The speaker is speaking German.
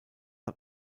hat